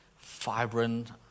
vibrant